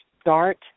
start